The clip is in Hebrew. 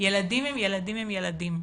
ילדים הם ילדים הם ילדים.